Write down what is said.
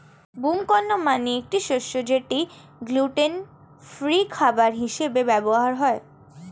broom corn মানে একটি শস্য যেটা গ্লুটেন ফ্রি খাবার হিসেবে ব্যবহার হয়